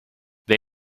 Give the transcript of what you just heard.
they